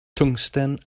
twngsten